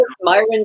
Myron